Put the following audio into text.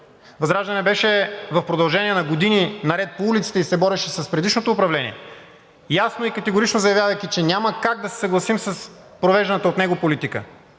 ВЪЗРАЖДАНЕ в продължение на години беше по улиците и се бореше с предишното управление, ясно и категорично заявявайки, че няма как да се съгласим с провежданата от него политика.